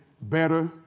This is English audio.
better